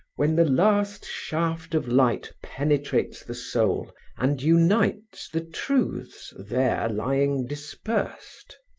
when the last shaft of light penetrates the soul and unites the truths there lying dispersed.